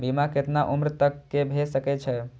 बीमा केतना उम्र तक के भे सके छै?